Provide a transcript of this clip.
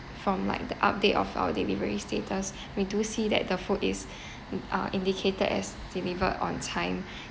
from like the update of our delivery status we do see that the food is uh indicated as delivered on time